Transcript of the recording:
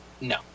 No